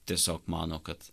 tiesiog mano kad